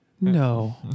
No